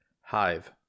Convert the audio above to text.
hive